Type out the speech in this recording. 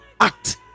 act